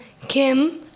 Kim